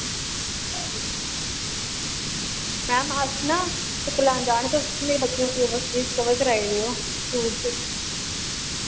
ma'am अस ना चक्कर लान जा ने तुस मेरे बच्चें नू सिलेबस प्लीज कवर कराइड़ेओ स्कूल च